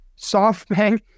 SoftBank